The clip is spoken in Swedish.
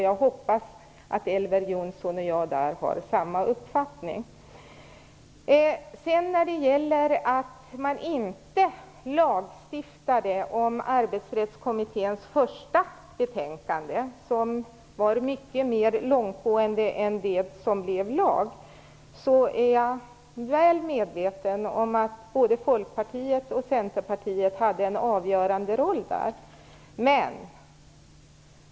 Jag hoppas att Elver Jonsson och jag i det avseendet har samma uppfattning. Man lagstiftade inte utifrån Arbetsrättskommitténs första betänkande, som var mycket mer långtgående än det som senare blev lag. Jag är väl medveten om att både Folkpartiet och Centern hade en avgörande roll i det sammanhanget.